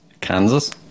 Kansas